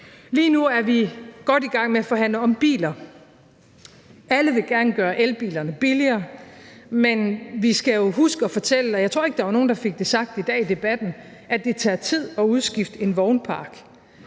Lige nu er vi godt i gang med at forhandle om biler. Alle vil gerne gøre elbilerne billigere, men vi skal jo huske at fortælle – jeg tror ikke, at der var nogen, der fik det sagt i dag i debatten – at det tager tid at udskifte en vognpark.